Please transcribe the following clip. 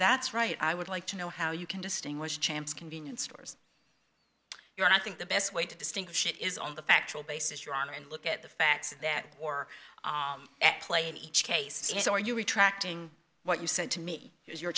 that's right i would like to know how you can distinguish champ's convenience stores you and i think the best way to distinguish it is on the factual basis your honor and look at the facts that or at play in each case so are you retracting what you said to me if you're